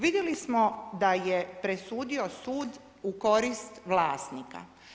Vidjeli smo da je presudio sud u korist vlasnika.